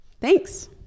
Thanks